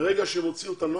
מרגע שהם הוציאו את הנוהל,